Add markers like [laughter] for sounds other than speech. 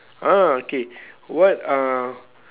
ah okay [breath] what uh